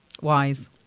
wise